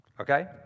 Okay